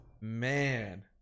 Man